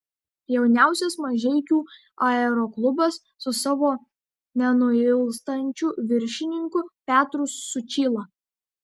jauniausias mažeikių aeroklubas su savo nenuilstančiu viršininku petru sučyla